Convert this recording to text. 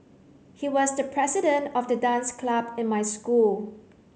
he was the president of the dance club in my school